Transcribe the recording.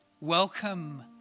Welcome